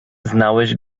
znałeś